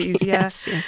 yes